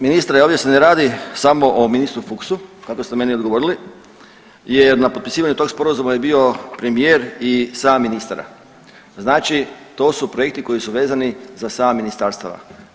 Ministre ovdje se ne radi samo o ministru Fuchsu kako ste meni odgovorili jer na potpisivanju tog sporazuma je bio premijer i 7 ministara, znači to su projekti koji su vezani za 7 ministarstava.